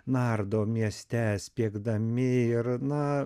nardo mieste spiegdami ir na